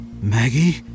Maggie